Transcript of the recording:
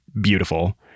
beautiful